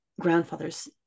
grandfather's